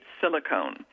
Silicone